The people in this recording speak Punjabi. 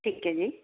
ਠੀਕ ਐ ਜੀ